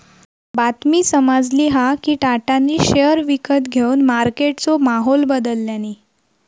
बातमी समाजली हा कि टाटानी शेयर विकत घेवन मार्केटचो माहोल बदलल्यांनी